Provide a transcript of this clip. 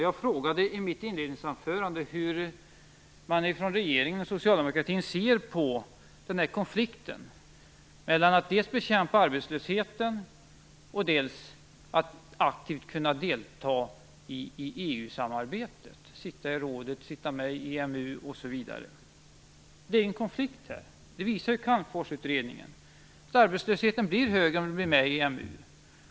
Jag frågade i mitt inledningsanförande hur regeringen och socialdemokratin ser på konflikten mellan att dels bekämpa arbetslösheten, dels kunna delta aktivt i EU-samarbetet - sitta i rådet, sitta med i EMU osv. Att det finns en konflikt här visar Calmforsutredningen - arbetslösheten blir högre om vi kommer med i EMU.